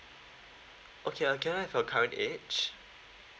okay can I have your current age